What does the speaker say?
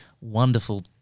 wonderful